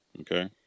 okay